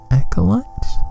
acolytes